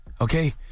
Okay